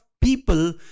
people